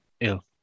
ill